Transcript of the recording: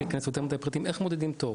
בלי להיכנס ליותר מדי פרטים איך מודדים תור